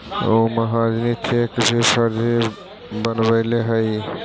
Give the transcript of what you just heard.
उ महाजनी चेक भी फर्जी बनवैले हइ